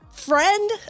Friend